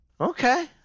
Okay